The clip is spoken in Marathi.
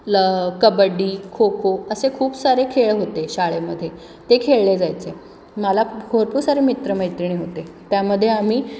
ल कबड्डी खो खो असे खूप सारे खेळ होते शाळेमध्ये ते खेळले जायचे मला भरपूर सारे मित्रमैत्रिणी होते त्यामध्ये आम्ही